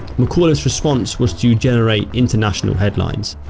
mcauliffe's response was to generate international headlines.